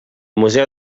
museu